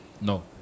No